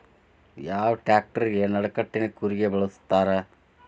ಯಾವ ಟ್ರ್ಯಾಕ್ಟರಗೆ ನಡಕಟ್ಟಿನ ಕೂರಿಗೆ ಬಳಸುತ್ತಾರೆ?